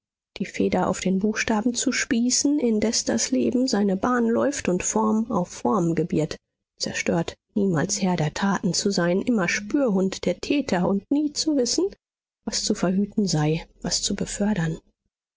die feder auf den buchstaben zu spießen indes das leben seine bahn läuft und form auf form gebiert zerstört niemals herr der taten zu sein immer spürhund der täter und nie zu wissen was zu verhüten sei was zu befördern